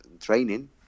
training